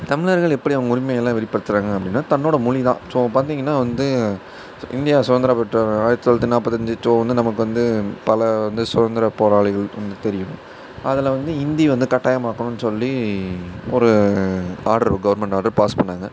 தமிழர்கள் எப்படி அவங்க உரிமைகள்லாம் வெளிப்படுத்துகிறாங்க அப்படினா தன்னோடய மொழி தான் ஸோ பார்த்தீங்கன்னா வந்து சு இந்தியா சுதந்திரம் பெற்ற ஆயிரத்தி தொள்ளாயிரத்தி நாற்பத்தஞ்சு நமக்கு வந்து பல வந்து சுதந்திர போராளிகள் வந்து தெரியும் அதில் வந்து ஹிந்தி வந்து கட்டாயமாக்கணும்ன்னு சொல்லி ஒரு ஆர்ட்ரு கவர்மெண்ட் ஆர்ட்ரு பாஸ் பண்ணாங்க